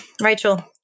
Rachel